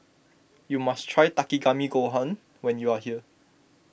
you must try Takikomi Gohan when you are here